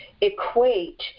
equate